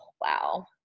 wow